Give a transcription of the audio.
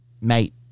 Mate